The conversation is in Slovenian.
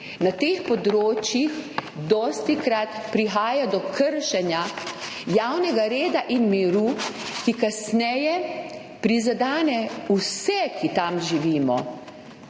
na teh območjih dostikrat prihaja do kršenja javnega reda in miru, ki kasneje prizadene vse, ki tam živimo,